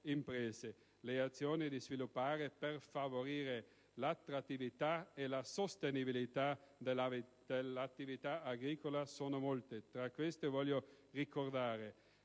Le azioni da sviluppare per favorire l'attrattività e sostenibilità dell'attività agricola sono molte. Tra queste voglio ricordare